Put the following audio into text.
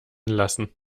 lassen